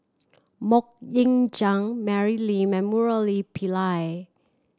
Mok Ying Jang Mary Lim and Murali Pillai